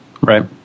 Right